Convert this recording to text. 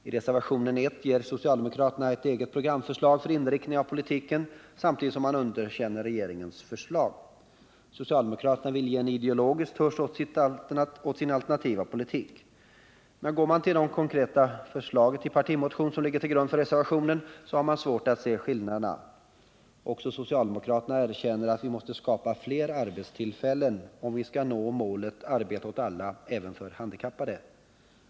I reservationen 1 ger socialdemokraterna ett eget programförslag för inriktningen av politiken samtidigt som de underkänner regeringens förslag. Socialdemokraterna vill ge en ideologisk tusch åt sin alternativa politik. Men går man till det konkreta förslaget i partimotionen som ligger till grund för reservationen, har man svårt att se skillnaderna. Också socialdemokraterna erkänner att vi måste skapa fler arbetstillfällen, om vi även för handikappade skall nå målet arbete åt alla.